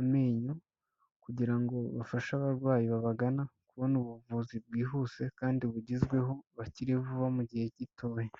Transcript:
amenyo, kugirango ngo bafashe abarwayi babagana kubona ubuvuzi bwihuse kandi bugezweho bakire vuba mu gihe gitoya.